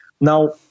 Now